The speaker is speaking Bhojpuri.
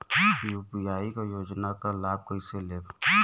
यू.पी क योजना क लाभ कइसे लेब?